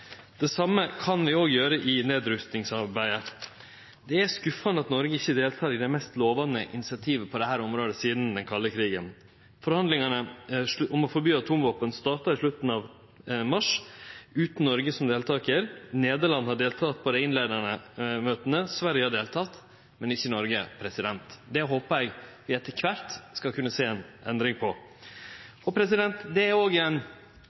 Det same kan vi gjere i nedrustingsarbeidet. Det er skuffande at Noreg ikkje deltek i det mest lovande initiativet på dette området sidan den kalde krigen. Forhandlingane om å forby atomvåpen starta i slutten av mars, utan Noreg som deltakar. Nederland har delteke på dei innleiande møta, Sverige har delteke, men ikkje Noreg. Det håper eg vi etter kvart skal kunne sjå ei endring på. Det er